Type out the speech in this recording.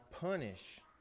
punish